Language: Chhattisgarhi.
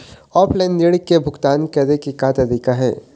ऑफलाइन ऋण के भुगतान करे के का तरीका हे?